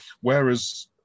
whereas